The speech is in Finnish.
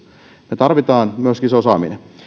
me tarvitsemme myöskin sen osaamisen